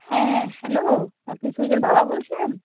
হ্যাঁ হ্যালো আপনি সূর্যের বাবা বলছেন